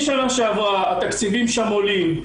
מהשנה שעברה התקציבים שם עולים.